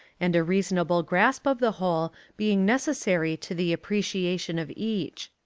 and a rea sonable grasp of the whole being necessary to the appreciation of each.